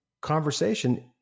conversation